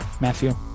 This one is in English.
Matthew